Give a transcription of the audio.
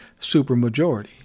supermajority